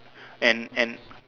and and